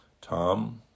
Tom